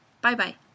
Bye-bye